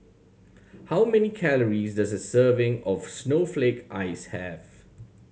how many calories does a serving of snowflake ice have